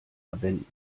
verwenden